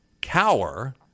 cower